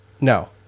No